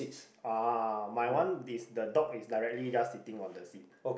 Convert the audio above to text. uh my one this the dog is directly just sitting on the seat